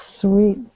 sweet